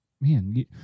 man